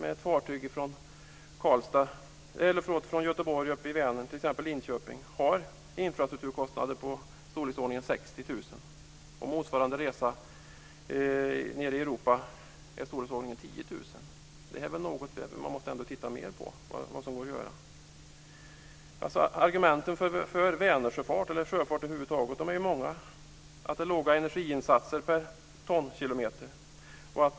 Ett fartyg som går från Göteborg och upp i Vänern, till t.ex. Lidköping, har infrastrukturkostnader på ca 60 000. För motsvarande resa nere i Europa är kostnaderna ca 10 000. Man måste väl ändå titta mer på vad som går att göra här? Argumenten för sjöfart är många. Det är låga energiinsatser per tonkilometer.